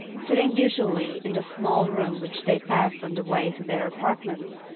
sitting usually in the small room which they passed on the way to their apartments,